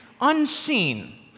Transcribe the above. unseen